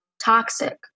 toxic